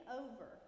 over